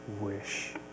wish